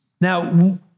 Now